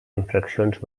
infraccions